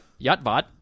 Yatvat